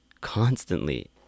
constantly